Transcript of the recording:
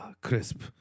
crisp